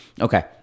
Okay